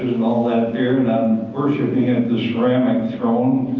on all that beer. and i'm worshiping at the ceramic throne.